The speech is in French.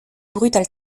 brutal